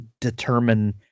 determine